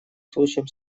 случаям